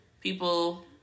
people